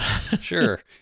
Sure